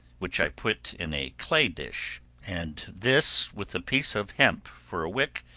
which i put in a clay dish and this, with a piece of hemp for a wick,